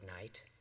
night